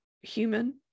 human